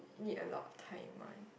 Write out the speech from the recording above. need a lot of time one